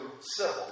civil